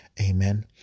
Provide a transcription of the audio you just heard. amen